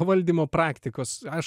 valdymo praktikos aš